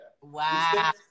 Wow